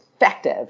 effective